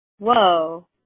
Whoa